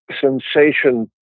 sensation